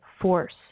force